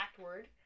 word